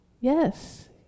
Yes